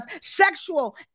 sexual